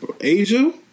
Asia